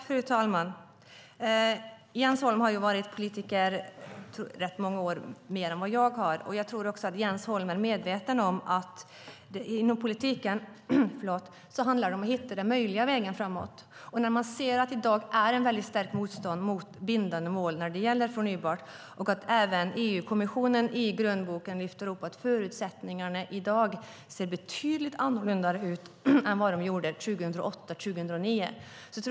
Fru talman! Jens Holm har varit politiker i rätt många år mer än jag, och jag tror att han är medveten om att det inom politiken handlar om att hitta den möjliga vägen framåt. I dag finns ett väldigt starkt motstånd mot bindande mål när det gäller förnybart. EU-kommissionen lyfter i grönboken fram att förutsättningarna i dag ser betydligt annorlunda ut än de gjorde 2008-2009.